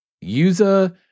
User